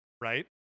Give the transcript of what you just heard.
right